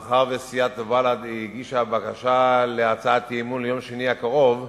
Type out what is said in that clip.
מאחר שסיעת בל"ד הגישה בקשה להצעת אי-אמון ליום שני הקרוב,